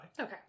okay